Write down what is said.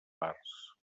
parts